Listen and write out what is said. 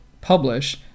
publish